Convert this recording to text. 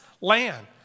land